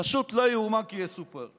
פשוט לא יאומן כי יסופר.